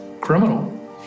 criminal